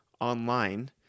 online